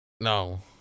no